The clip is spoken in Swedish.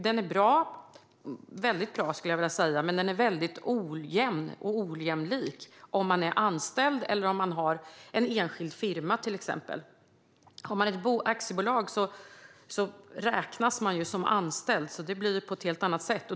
Den är väldigt bra, men den är väldigt ojämn och ojämlik om man är anställd eller har en enskild firma till exempel. Har man ett aktiebolag räknas man som anställd, så det blir på ett helt annat sätt.